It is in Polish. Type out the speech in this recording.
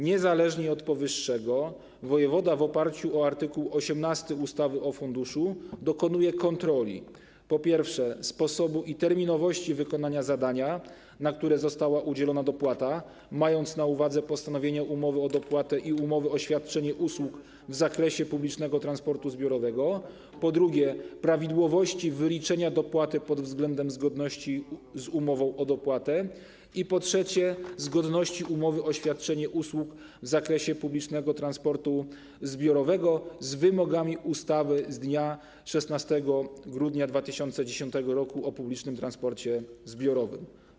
Niezależnie od powyższego wojewoda w oparciu o art. 18 ustawy o funduszu dokonuje kontroli, po pierwsze, sposobu i terminowości wykonania zadania, na które została udzielona dopłata, mając na uwadze postanowienia umowy o dopłatę i umowy o świadczenie usług w zakresie publicznego transportu zbiorowego, po drugie, prawidłowości wyliczenia dopłaty pod względem zgodności z umową o dopłatę i po trzecie, zgodności umowy o świadczenie usług w zakresie publicznego transportu zbiorowego z wymogami ustawy z dnia 16 grudnia 2010 r. o publicznym transporcie zbiorowym.